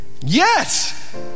Yes